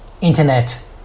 internet